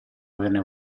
averne